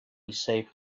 saved